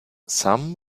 some